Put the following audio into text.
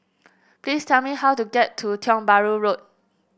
please tell me how to get to Tiong Bahru Road